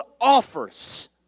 offers